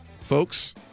folks